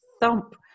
thump